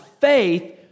faith